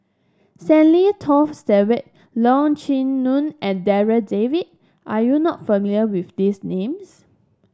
Stanley Toft Stewart Leong Chee Mun and Darryl David are you not familiar with these names